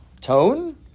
tone